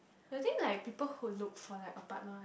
ya I think like people who look like for a partner